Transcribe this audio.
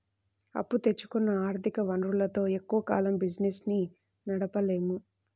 అప్పు తెచ్చుకున్న ఆర్ధిక వనరులతో ఎక్కువ కాలం బిజినెస్ ని నడపలేము